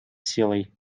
силой